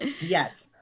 yes